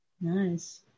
Nice